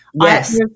Yes